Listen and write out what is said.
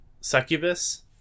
Succubus